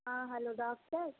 ہاں hello doctor